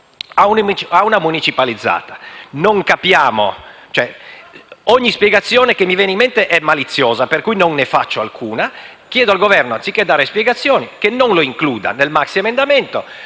Noi non capiamo. Ogni spiegazione che mi viene in mente è maliziosa, per cui non ne faccio alcuna. Chiedo al Governo che, anziché dare spiegazioni, non includa tale misura nel maxiemendamento.